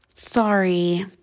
Sorry